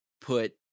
put